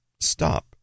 stop